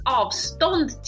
avstånd